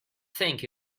think